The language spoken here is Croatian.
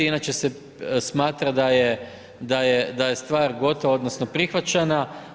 Inače se smatra da je stvar gotova, odnosno prihvaćena.